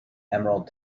emerald